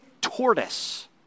tortoise